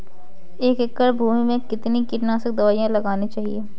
एक एकड़ भूमि में कितनी कीटनाशक दबाई लगानी चाहिए?